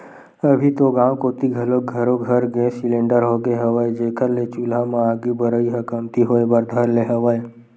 अभी तो गाँव कोती घलोक घरो घर गेंस सिलेंडर होगे हवय, जेखर ले चूल्हा म आगी बरई ह कमती होय बर धर ले हवय